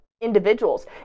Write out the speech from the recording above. individuals